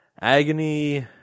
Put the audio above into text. Agony